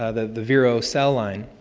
ah the the viro-cell line.